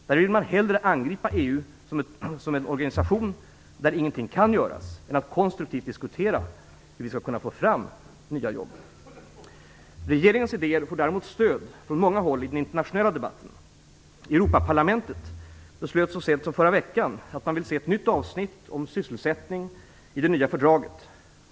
Där vill man hellre angripa EU som en organisation där ingenting kan göras än konstruktivt diskutera hur vi skall kunna få fram nya jobb. Regeringens idéer får däremot stöd från många håll i den internationella debatten. Europaparlamentet beslöt så sent som förra veckan att man vill se ett nytt avsnitt om sysselsättning i det nya fördraget.